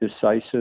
decisive